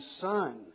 son